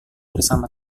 bersama